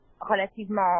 relativement